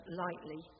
lightly